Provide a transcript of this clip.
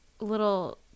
little